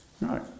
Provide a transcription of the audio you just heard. Right